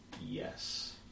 Yes